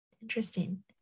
Interesting